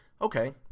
okay